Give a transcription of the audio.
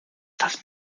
das